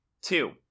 Two